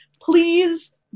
Please